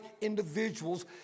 individuals